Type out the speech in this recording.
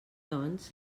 doncs